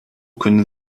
können